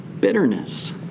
Bitterness